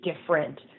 different